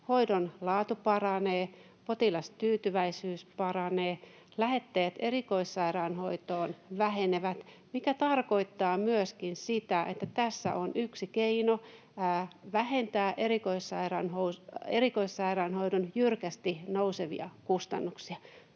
Hoidon laatu paranee. Potilastyytyväisyys paranee. Lähetteet erikoissairaanhoitoon vähenevät, mikä tarkoittaa myöskin sitä, että tässä on yksi keino vähentää erikoissairaanhoidon jyrkästi nousevia kustannuksia